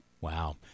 Wow